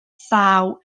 thaw